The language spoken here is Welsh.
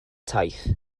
taith